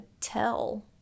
tell